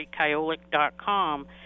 kyolic.com